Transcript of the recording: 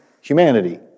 humanity